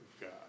God